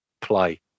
play